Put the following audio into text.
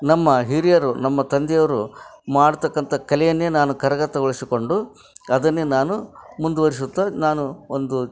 ನಮ್ಮ ಹಿರಿಯರು ನಮ್ಮ ತಂದೆಯವರು ಮಾಡ್ತಕ್ಕಂಥ ಕಲೆಯನ್ನೇ ನಾನು ಕರಗತಗೊಳಿಸಿಕೊಂಡು ಅದನ್ನೇ ನಾನು ಮುಂದುವರಿಸುತ್ತಾ ನಾನು ಒಂದು